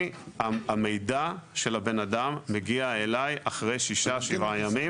המידע של האדם מגיע אליי אחרי 7-6 ימים,